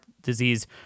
disease